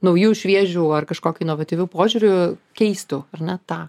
nauju šviežiu ar kažkokiu inovatyviu požiūriu keistų ar ne tą